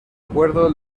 acuerdo